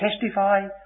testify